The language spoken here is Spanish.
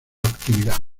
actividad